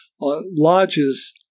Lodges